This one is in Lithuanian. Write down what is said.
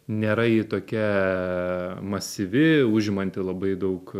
nėra ji tokia masyvi užimanti labai daug